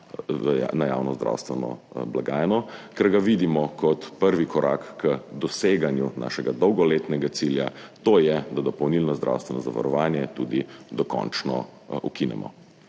na javno zdravstveno blagajno, ker ga vidimo kot prvi korak k doseganju našega dolgoletnega cilja, to je, da dopolnilno zdravstveno zavarovanje tudi dokončno ukinemo.